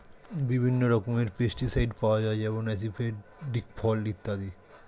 বিভিন্ন রকমের পেস্টিসাইড পাওয়া যায় যেমন আসিফেট, দিকফল ইত্যাদি